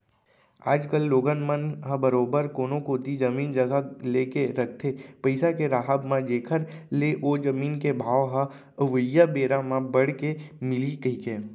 आज कल लोगन मन ह बरोबर कोनो कोती जमीन जघा लेके रखथे पइसा के राहब म जेखर ले ओ जमीन के भाव ह अवइया बेरा म बड़ के मिलही कहिके